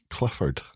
Clifford